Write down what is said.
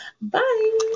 bye